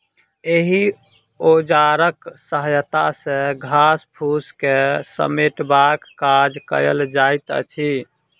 एहि औजारक सहायता सॅ घास फूस के समेटबाक काज कयल जाइत अछि